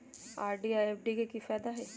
RD आ FD के कि फायदा हई?